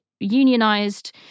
unionized